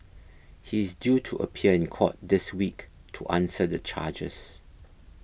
he is due to appear in court this week to answer the charges